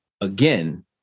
again